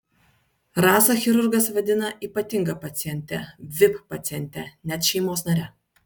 rasą chirurgas vadina ypatinga paciente vip paciente net šeimos nare